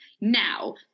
now